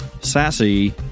sassy